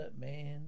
man